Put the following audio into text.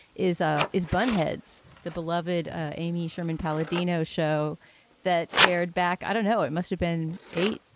is ah is bunheads the beloved amy sherman-palladino show that aired back? i don't know. it must have been eight,